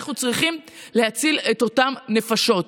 אנחנו צריכים להציל את אותן נפשות,